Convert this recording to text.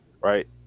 right